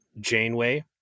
Janeway